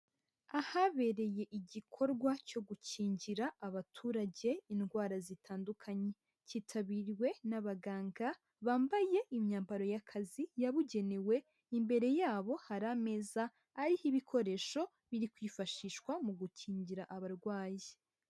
Ahabereye igikorwa cyo gukingira abaturage indwara zitandukanye, cyitabiriwe n'abaganga bambaye imyambaro y'akazi yabugenewe. Imbere y'abo hari ameza ariho ibikoresho biri kwifashishwa mu gukingira abarwayi.